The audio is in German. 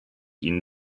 ihnen